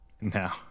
now